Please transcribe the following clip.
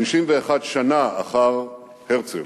51 שנה אחר הרצל,